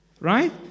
Right